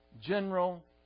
general